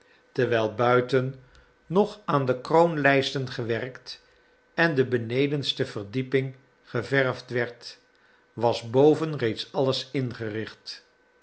terwijl buiten nog aan de kroonlijsten gewerkt en de benedenste verdieping geverfd werd was boven reeds alles ingericht